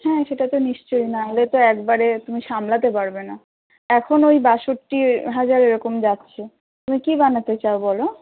হ্যাঁ সেটা তো নিশ্চই না হলে তো একবারে তুমি সামলাতে পারবে না এখন ওই বাষট্টি হাজার এরকম যাচ্ছে তুমি কী বানাতে চাও বলো